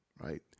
right